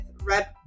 red